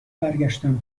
برگشتم